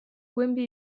głębię